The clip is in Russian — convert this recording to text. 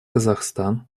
казахстан